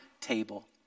table